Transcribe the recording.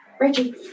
Reggie